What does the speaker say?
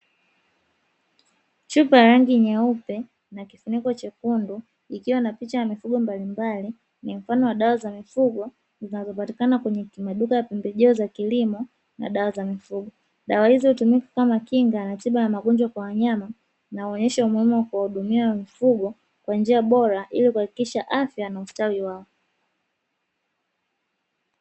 Chupa ya rangi nyeupe na kifuniko chekundu ikiwa na picha ya mifugo mbalimbali, ni mfano wa dawa za mifugo zinazopatikana kwenye maduka ya pembejeo za kilimo na dawa za mifugo. Dawa hizo hutumika kama kinga na tiba ya magonjwa kwa wanyama na huonyesha umuhimu wa kuwahudumia mifugo kwa njia bora ili kuhakikisha afya na ustawi wao.